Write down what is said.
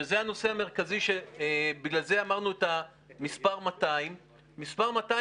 שזה הנושא המרכזי שבגללו אמרנו את המספר 200. מספר 200,